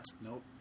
Nope